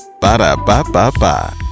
Ba-da-ba-ba-ba